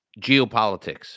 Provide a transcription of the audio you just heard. geopolitics